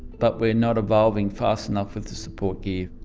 but we're not evolving fast enough with the support gear,